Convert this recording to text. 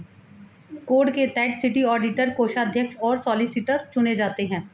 code के तहत city auditor, कोषाध्यक्ष और सॉलिसिटर चुने जाते हैं